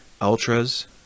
ultras